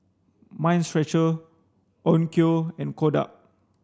Mind Stretcher Onkyo and Kodak